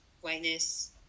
whiteness